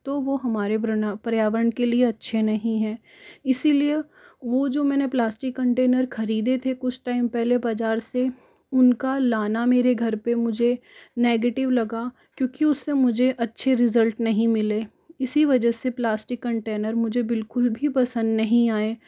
तो वो हमारे पर्य पर्यावरण के लिए अच्छे नहीं है इसलिए वह जो मैंने प्लास्टिक कंटेनर खरीदे थे कुछ टाइम पहले बाजार से उनका लाना मुझे मेरे घर पर मुझे नेगटिव लगा क्योंकि उससे मुझे अच्छे रिजल्ट्स नहीं मिले इसी वजह से प्लास्टिक कंटेनर मुझे बिल्कुल भी पसंद नहीं आए